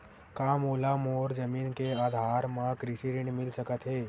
का मोला मोर जमीन के आधार म कृषि ऋण मिल सकत हे?